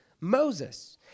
Moses